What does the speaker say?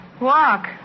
Walk